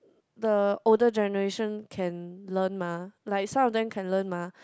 the older generation can learn mah like some of them can learn mah